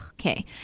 Okay